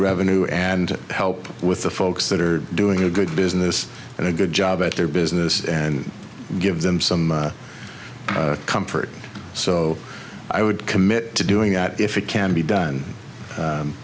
revenue and help with the folks that are doing a good business and a good job at their business and give them some comfort so i would commit to doing that if it can be done